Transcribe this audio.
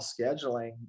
scheduling